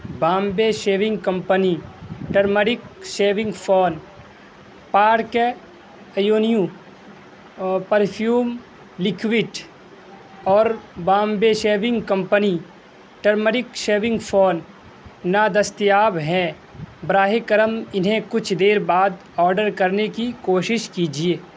Bombay Shaving Company turmeric shaving foam Park Avenue perfume liquid اور Bombay Shaving Company turmeric shaving foam نا دستیاب ہیں براہ کرم انہیں کچھ دیر بعد آرڈر کرنے کی کوشش کیجیے